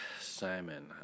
Simon